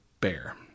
bear